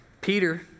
Peter